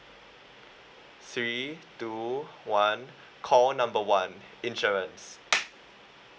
three two one call number one insurance